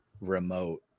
remote